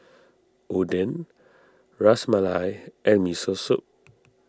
Oden Ras Malai and Miso Soup